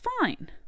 fine